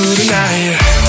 tonight